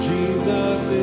Jesus